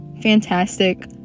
fantastic